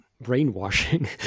brainwashing